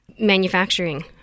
Manufacturing